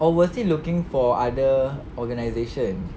or was he looking for other organisation